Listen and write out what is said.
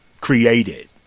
created